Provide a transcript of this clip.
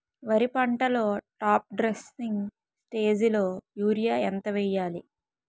వరి పంటలో top dressing స్టేజిలో యూరియా ఎంత వెయ్యాలి?